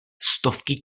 stovky